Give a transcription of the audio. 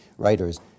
writers